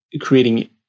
creating